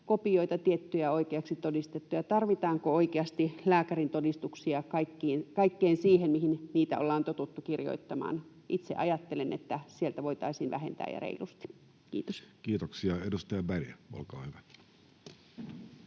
kopioita, oikeaksi todistettuja. Tarvitaanko oikeasti lääkärintodistuksia kaikkeen siihen, mihin niitä ollaan totuttu kirjoittamaan? Itse ajattelen, että sieltä voitaisiin vähentää ja reilusti. — Kiitos. [Speech